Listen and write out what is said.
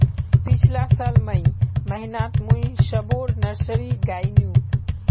पिछला साल मई महीनातमुई सबोर नर्सरी गायेनू